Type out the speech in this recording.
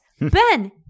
Ben